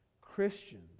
Christians